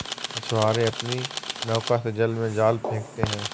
मछुआरे अपनी नौका से जल में जाल फेंकते हैं